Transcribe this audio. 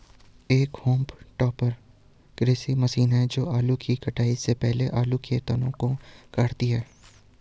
एक haulm topper कृषि मशीन है जो आलू की कटाई से पहले आलू के तनों को काटती है